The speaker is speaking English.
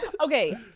Okay